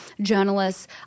journalists